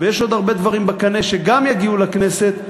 ויש עוד הרבה דברים בקנה שגם יגיעו לכנסת,